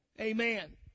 Amen